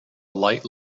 light